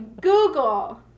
Google